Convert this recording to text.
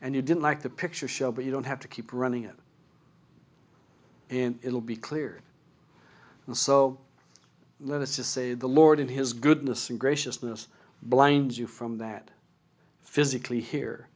and you didn't like the picture show but you don't have to keep running it and it will be cleared and so let's just say the lord in his goodness and graciousness blinds you from that physically here